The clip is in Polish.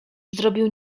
zrobił